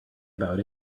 about